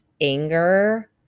anger